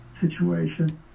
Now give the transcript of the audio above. situation